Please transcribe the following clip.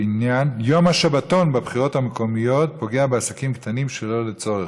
בעניין: יום השבתון בבחירות המקומיות פוגע בעסקים קטנים שלא לצורך.